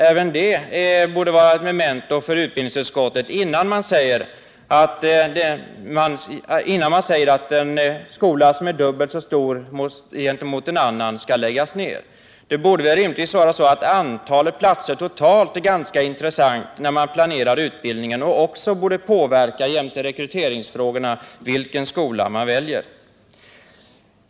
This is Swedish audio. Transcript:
Även det borde vara ett memento för utbildningsutskottet innan man säger att en skola som är dubbelt så stor som en annan skall läggas ner. Antalet platser totalt borde rimligtvis vara ganska intressant när man planerar utbildningen, och det jämte rekryteringsfrågorna borde påverka vilken skola man skall välja.